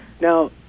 Now